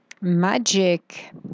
magic